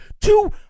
two